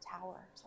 Tower